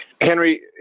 Henry